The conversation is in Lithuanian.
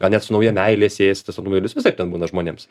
net su nauja meile siejasi tas automobilis visaip ten būna žmonėms